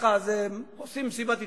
ככה עושים מסיבת עיתונאים,